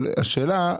השאלה,